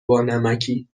بانمکی